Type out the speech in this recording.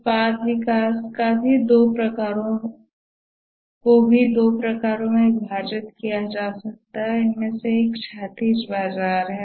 उत्पाद विकास को भी दो प्रकारों में विभाजित किया जा सकता है उनमे से एक क्षैतिज बाजार है